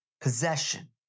possession